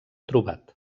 trobat